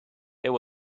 there